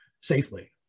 safely